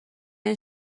این